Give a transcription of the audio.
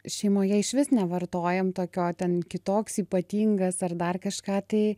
šeimoje išvis nevartojam tokio ten kitoks ypatingas ar dar kažką tai